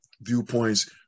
viewpoints